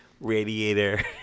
radiator